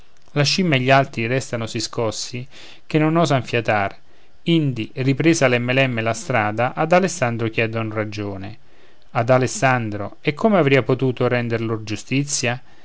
la scimmia e gli altri restano sì scossi che non osan fiatar indi ripresa lemme lemme la strada ad alessandro chiedon ragione ad alessandro e come avria potuto render lor giustizia